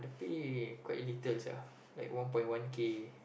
pay quite little sia like one point one K